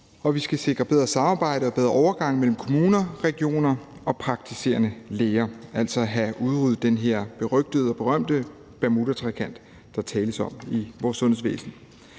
vi skal sikre et bedre samarbejde og bedre overgange mellem kommuner, regioner og praktiserende læger, altså have udryddet den her berygtede og berømte Bermudatrekant, der tales om i vores sundhedsvæsen.